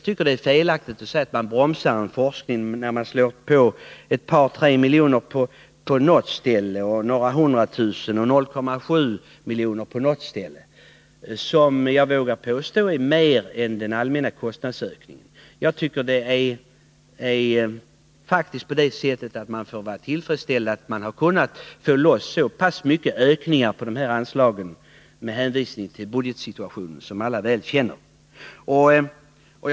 Det är nämligen felaktigt att säga att man bromsar forskningen, när man ökar anslagen med ett par tre miljoner i något fall, några hundratusen kronor i något fall och 0,7 milj.kr. i något fall. Jag vågar påstå att det är mer än vad som svarar mot den allmänna kostnadsökningen. Man får vara till freds med att det med hänsyn till den rådande budgetsituationen, som alla väl känner till, varit möjligt att få till stånd så pass stora ökningar av de här anslagen.